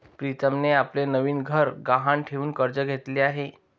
प्रीतमने आपले नवीन घर गहाण ठेवून कर्ज घेतले आहे